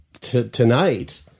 tonight